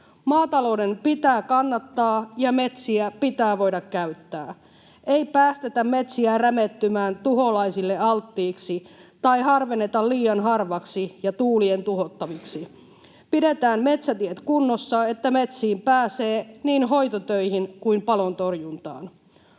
Maatalouden pitää kannattaa, ja metsiä pitää voida käyttää. Ei päästetä metsiä rämettymään tuholaisille alttiiksi tai harvenneta liian harvaksi ja tuulien tuhottaviksi. Pidetään metsätiet kunnossa, niin että metsiin pääsee niin hoitotöihin kuin palontorjuntaan.